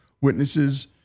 witnesses